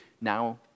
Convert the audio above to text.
now